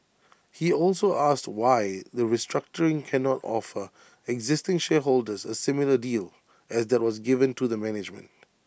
he also asked why the restructuring cannot offer existing shareholders A similar deal as that was given to the management